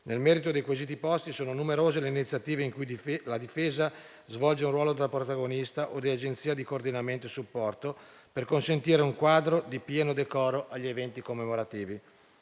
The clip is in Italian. Nel merito dei quesiti posti, sono numerose le iniziative in cui la Difesa svolge un ruolo da protagonista o da agenzia di coordinamento e supporto, per consentire un quadro di pieno decoro agli eventi commemorativi.